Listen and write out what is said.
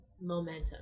momentum